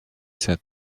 said